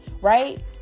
right